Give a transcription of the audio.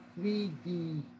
3D